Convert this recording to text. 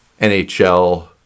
NHL